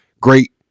great